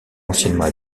anciennement